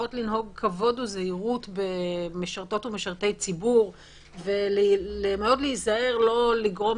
צריכות לנהוג כבוד וזהירות במשרתות ומשרתי ציבור ומאוד להיזהר לא לגרום